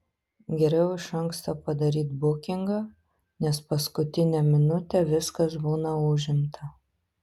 geriau iš anksto padaryt bukingą nes paskutinę minutę viskas būna užimta